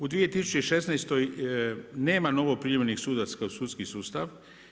U 2016. nema novo primljenih sudaca u sudskih sustav.